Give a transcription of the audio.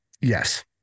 Yes